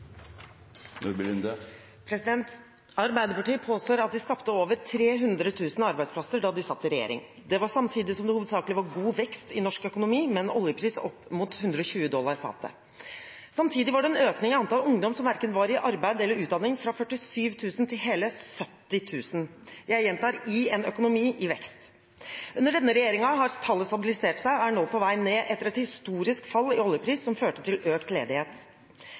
Arbeiderpartiet påstår at de skapte over 300 000 arbeidsplasser da de satt i regjering. Det var samtidig som det hovedsakelig var god vekst i norsk økonomi, med en oljepris opp mot 120 dollar fatet. Samtidig var det en økning i antall ungdom som verken var i arbeid eller utdanning, fra 47 000 til hele 70 000 – jeg gjentar: i en økonomi i vekst. Under denne regjeringen har tallet stabilisert seg og er nå på vei ned etter et historisk